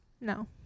No